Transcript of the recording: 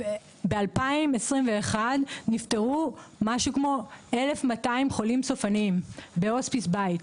ב-2021 נפטרו בערך 1,200 חולים סופניים בהוספיס בית.